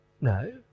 No